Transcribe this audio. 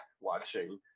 watching